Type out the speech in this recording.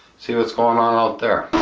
see what's going on out there